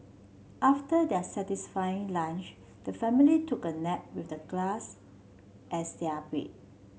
after their satisfying lunch the family took a nap with the grass as their bed